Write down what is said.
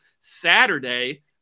saturday